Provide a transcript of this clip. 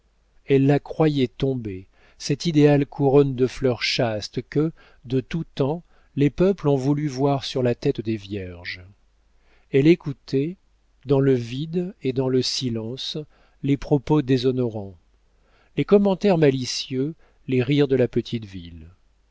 elle la croyait tombée cette idéale couronne de fleurs chastes que de tout temps les peuples ont voulu voir sur la tête des vierges elle écoutait dans le vide et dans le silence les propos déshonorants les commentaires malicieux les rires de la petite ville